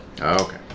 Okay